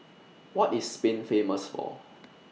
What IS Spain Famous For